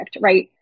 Right